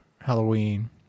Halloween